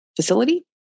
facility